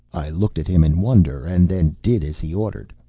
i looked at him in wonder, and then did as he ordered.